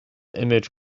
image